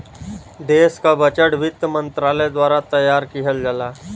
देश क बजट वित्त मंत्रालय द्वारा तैयार किहल जाला